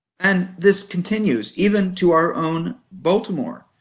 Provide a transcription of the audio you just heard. and this continues even to our own baltimore,